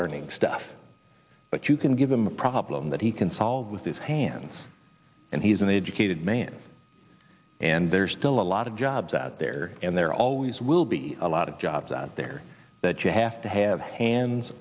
learning stuff but you can give him a problem that he can solve with his hands and he's an educated man and there are still a lot of jobs out there and there always will be a lot of jobs out there that you have to have hands